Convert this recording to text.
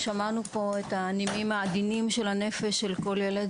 ושמענו פה את הנימים העדינים של הנפש של כל ילד